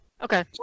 Okay